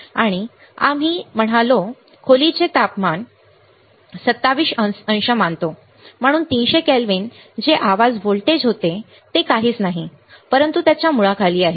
आणि आम्ही म्हणालो खोलीचे तापमान आम्ही 27 अंश मानतो म्हणून 300 केल्विन जे आवाज व्होल्टेज होते ते काहीच नाही परंतु त्याच्या मुळाखाली आहे